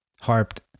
harped